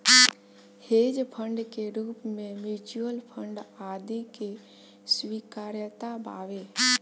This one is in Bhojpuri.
हेज फंड के रूप में म्यूच्यूअल फंड आदि के स्वीकार्यता बावे